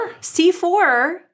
C4